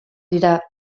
dira